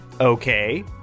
Okay